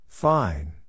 fine